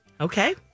Okay